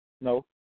No